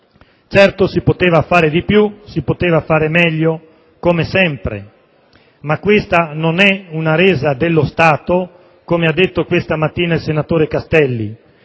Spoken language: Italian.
Certo si poteva fare di più e si poteva fare meglio, come sempre. Ma questa non è una resa dello Stato, come ha sostenuto questa mattina il senatore Castelli;